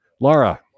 Laura